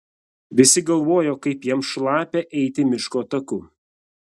visi galvojo kaip jam šlapia eiti miško taku